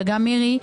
וגם מירי,